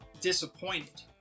disappointed